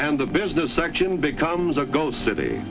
and the business section becomes to go city